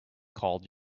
called